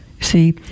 See